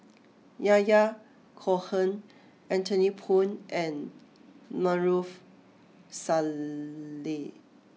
Yahya Cohen Anthony Poon and Maarof Salleh